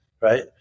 Right